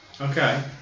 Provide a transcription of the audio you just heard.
Okay